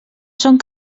són